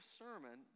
sermon